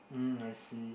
mm I see